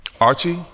Archie